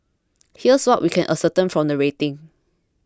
here's what we can ascertain from the rating